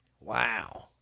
Wow